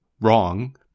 wrong